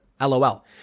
LOL